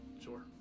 Sure